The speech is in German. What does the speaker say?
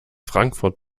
frankfrut